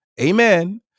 amen